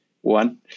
One